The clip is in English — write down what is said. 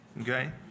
okay